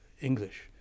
English